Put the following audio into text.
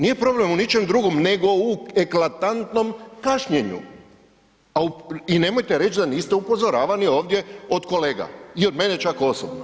Nije problem u ničem drugom nego u eklatantnom kašnjenju i nemojte reći da niste upozoravani ovdje od kolega i od mene čak osobno.